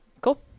Cool